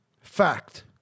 Fact